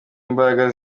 imbaraga